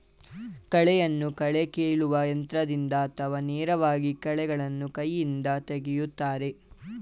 ಕಳೆಯನ್ನು ಕಳೆ ಕೀಲುವ ಯಂತ್ರದಿಂದ ಅಥವಾ ನೇರವಾಗಿ ಕಳೆಗಳನ್ನು ಕೈಯಿಂದ ತೆಗೆಯುತ್ತಾರೆ